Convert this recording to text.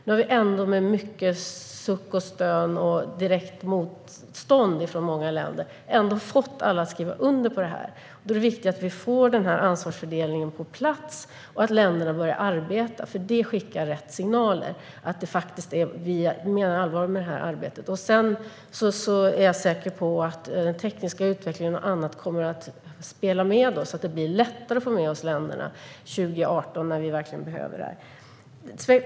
Nu har vi ändå, med mycket suck och stön och direkt motstånd från många länder, fått alla att skriva under på det här. Då är det viktigt att vi får ansvarsfördelningen på plats och att länderna börjar arbeta, för det skickar rätt signaler om att vi faktiskt menar allvar med detta arbete. Jag är säker på att den tekniska utvecklingen och annat kommer att spela med oss så att det blir lättare att få med oss länderna 2018, när vi verkligen behöver det.